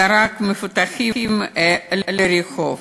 זרק מבוטחים לרחוב,